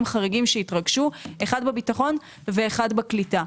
חריגים שהתרגשו אחד בביטחון ואחד בקליטה.